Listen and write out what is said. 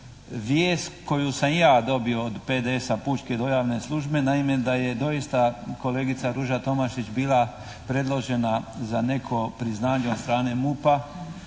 vijest koju sam i ja dobio od PDS, Pučke dojavne službe, naime da je doista kolegica Ruža Tomašić bila predložena za neko priznanje od strane MUP-a